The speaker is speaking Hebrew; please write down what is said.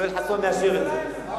יואל חסון מאשר את זה.